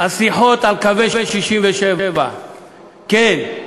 על שיחות על קווי 67'. כן,